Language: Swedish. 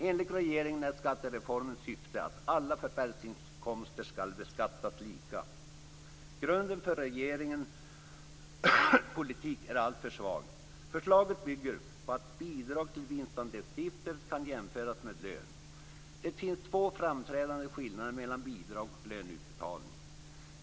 Enligt regeringen är skattereformens syfte att alla förvärvsinkomster skall beskattas lika. Grunden för regeringens politik är alltför svag. Förslaget bygger på att bidrag till vinstandelsstiftelser kan jämföras med lön. Det finns två framträdande skillnader mellan bidrag och löneutbetalning.